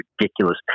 ridiculous